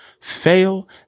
Fail